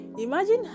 imagine